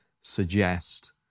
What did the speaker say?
suggest